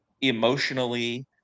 emotionally